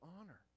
honor